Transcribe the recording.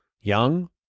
young